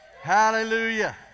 hallelujah